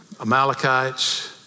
Amalekites